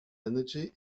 energy